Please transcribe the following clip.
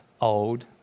old